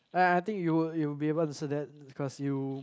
ah I think you would you would be able to say that because you